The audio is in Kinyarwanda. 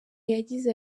yagize